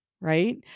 right